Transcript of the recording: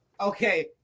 okay